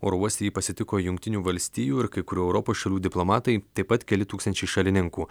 oro uoste jį pasitiko jungtinių valstijų ir kai kurių europos šalių diplomatai taip pat keli tūkstančiai šalininkų